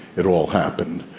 it all happened,